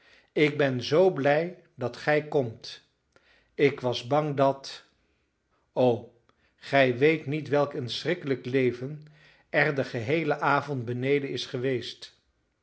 ik ben zoo blij dat gij komt ik was bang dat o gij weet niet welk een schrikkelijk leven er den geheelen avond beneden is geweest